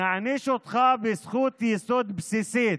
נעניש אותך בזכות יסוד בסיסית,